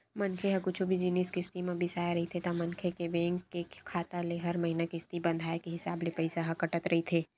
मनखे ह कुछु भी जिनिस किस्ती म बिसाय रहिथे ता मनखे के बेंक के खाता ले हर महिना किस्ती बंधाय के हिसाब ले पइसा ह कटत रहिथे